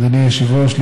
אדוני היושב-ראש,